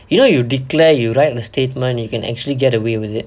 you know you declare you write a statement you can actually get away with it